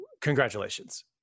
congratulations